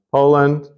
Poland